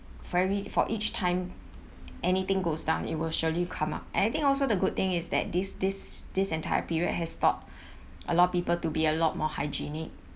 very for each time anything goes down it will surely come up and I think also the good thing is that this this this entire period has taught a lot of people to be a lot more hygienic